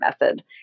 method